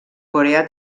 coreà